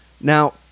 Now